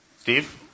Steve